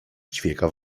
ćwieka